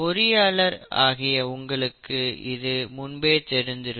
பொறியாளர் ஆகிய உங்களுக்கு இது முன்பே தெரிந்திருக்கும்